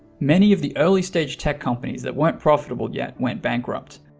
many of the early stage tech companies that weren't profitable yet went bankrupt.